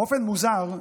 באופן מוזר,